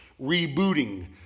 rebooting